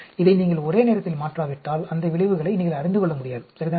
இதை நீங்கள் ஒரே நேரத்தில் மாற்றாவிட்டால் அந்த விளைவுகளை நீங்கள் அறிந்துகொள்ள முடியாது சரிதானே